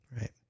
Right